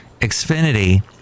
Xfinity